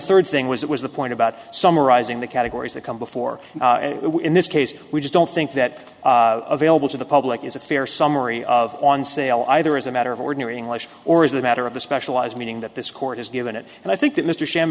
third thing was it was the point about summarizing the categories that come before in this case we just don't think that available to the public is a fair summary of on sale either as a matter of ordinary english or is a matter of the specialized meaning that this court has given it and i think that mr sham